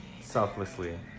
selflessly